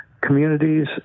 communities